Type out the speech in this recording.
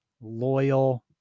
loyal